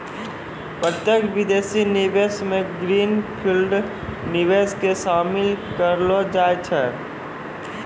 प्रत्यक्ष विदेशी निवेश मे ग्रीन फील्ड निवेश के शामिल केलौ जाय छै